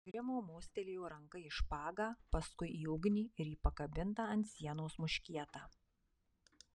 grimo mostelėjo ranka į špagą paskui į ugnį ir į pakabintą ant sienos muškietą